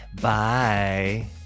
Bye